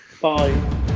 Bye